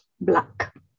Black